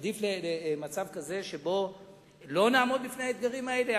עדיף מצב כזה שבו לא נעמוד בפני האתגרים האלה?